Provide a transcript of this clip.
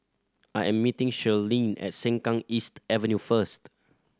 I am meeting Shirlene at Sengkang East Avenue first